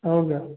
हो गया